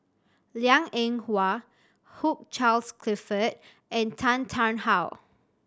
Liang Eng Hwa Hugh Charles Clifford and Tan Tarn How